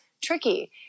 tricky